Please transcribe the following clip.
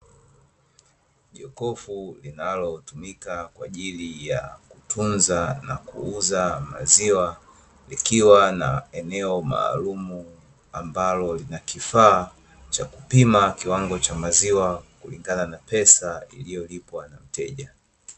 Jokofu linalotumika kwa ajili ya kutunza na kuuza maziwa, likiwa na eneo maalumu, ambalo lina kifaa cha kupima kiwango cha maziwa kulingana na pesa iliyolipwa na mteja.